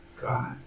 God